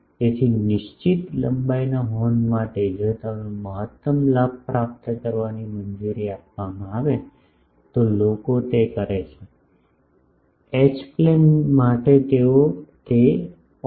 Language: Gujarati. તેથી નિશ્ચિત લંબાઈના હોર્ન માટે જો મને મહત્તમ લાભ પ્રાપ્ત કરવાની મંજૂરી આપવામાં આવે તો લોકો તે કરે છે કે એચ પ્લેન માટે તેઓ તે 0